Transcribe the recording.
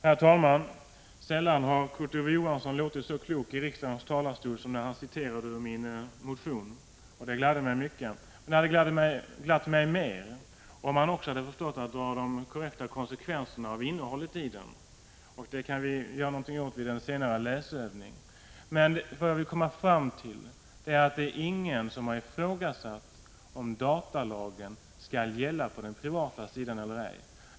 Herr talman! Sällan har Kurt Ove Johansson låtit så klok i riksdagens talarstol som när han citerade ur min motion. Det gladde mig mycket. Men det hade glatt mig mer om han också hade förstått att dra de korrekta konsekvenserna av innehållet i den. Det kan vi göra något åt vid en senare läsövning. Vad jag vill komma fram till är att ingen har ifrågasatt om datalagen skall gälla på den privata sidan eller ej.